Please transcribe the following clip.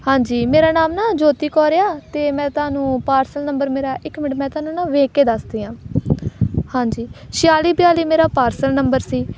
ਹਾਂਜੀ ਮੇਰਾ ਨਾਮ ਨਾ ਜੋਤੀ ਕੌਰ ਆ ਅਤੇ ਮੈਂ ਤੁਹਾਨੂੰ ਪਾਰਸਲ ਨੰਬਰ ਮੇਰਾ ਇੱਕ ਮਿੰਟ ਮੈਂ ਤੁਹਾਨੂੰ ਨਾ ਵੇਖ ਕੇ ਦੱਸਦੀ ਹਾਂ ਹਾਂਜੀ ਛਿਆਲੀ ਬਿਆਲੀ ਮੇਰਾ ਪਾਰਸਲ ਨੰਬਰ ਸੀ